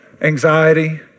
anxiety